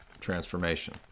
transformation